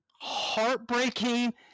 heartbreaking